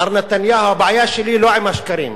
מר נתניהו, הבעיה שלי היא לא עם השקרים